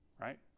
right